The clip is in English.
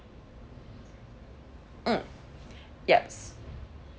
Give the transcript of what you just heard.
mm yes